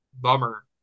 bummer